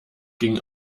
ging